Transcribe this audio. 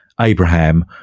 Abraham